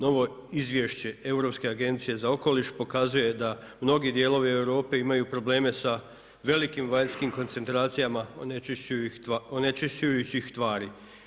Novo izvješće Europske agencije za okoliš pokazuje da mnogi dijelovi Europe imaju probleme sa velikim vanjskim koncentracijama onečišćujućih tvari.